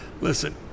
listen